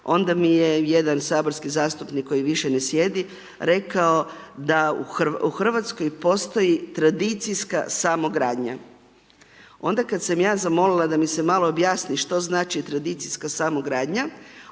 onda mi je jedan saborski zastupnik koji više ne sjedi, rekao da u Hrvatskoj postoji tradicijska samogradnja. Onda kad sam ja zamolila da mi se malo objasni što znači tradicijska samogradnja,